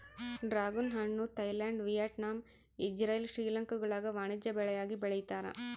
dragon ಹಣ್ಣು Thailand Vietnam Israel ಶ್ರೀಲಂಕಾಗುಳಾಗ ವಾಣಿಜ್ಯ ಬೆಳೆಯಾಗಿ ಬೆಳೀತಾರ